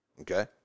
okay